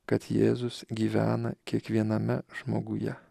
kad jėzus gyvena kiekviename žmoguje